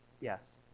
Yes